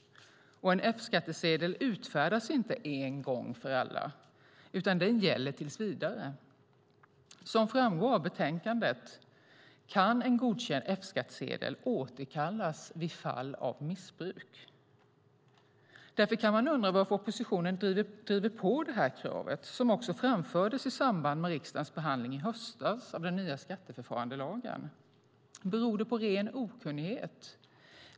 Och en F-skattsedel utfärdas inte en gång för alla, utan den gäller tills vidare. Som framgår av betänkandet kan en godkänd F-skattsedel återkallas vid fall av missbruk. Därför kan man undra varför oppositionen driver på det här kravet, som också framfördes i samband med riksdagens behandling i höstas av den nya skatteförfarandelagen. Beror det på ren okunnighet?